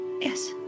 Yes